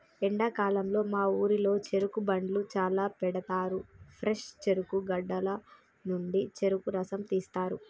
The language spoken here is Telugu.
ఎండాకాలంలో మా ఊరిలో చెరుకు బండ్లు చాల పెడతారు ఫ్రెష్ చెరుకు గడల నుండి చెరుకు రసం తీస్తారు